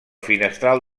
finestral